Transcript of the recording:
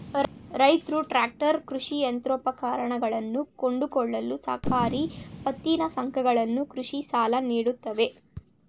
ರೈತ್ರು ಟ್ರ್ಯಾಕ್ಟರ್, ಕೃಷಿ ಯಂತ್ರೋಪಕರಣಗಳನ್ನು ಕೊಂಡುಕೊಳ್ಳಲು ಸಹಕಾರಿ ಪತ್ತಿನ ಸಂಘಗಳು ಕೃಷಿ ಸಾಲ ನೀಡುತ್ತವೆ